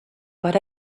but